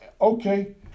Okay